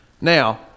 Now